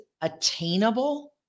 attainable